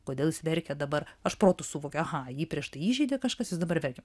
kodėl jis verkia dabar aš protu suvokiu aha jį prieš tai įžeidė kažkas jis dabar verkia